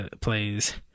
plays